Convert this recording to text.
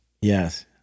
Yes